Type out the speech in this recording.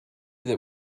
that